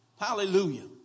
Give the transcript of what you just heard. Hallelujah